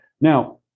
Now